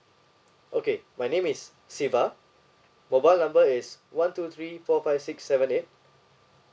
okay my name is siva mobile number is one two three four five six seven eight